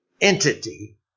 Entity